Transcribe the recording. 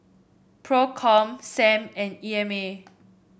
Procom Sam and E M A